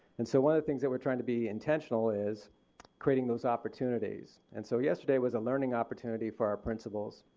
and so one of the things were trying to be intentional is creating those opportunities. and so yesterday was a learning opportunity for our principals.